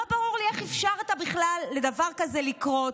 לא ברור לי איך בכלל אפשרת לדבר כזה לקרות,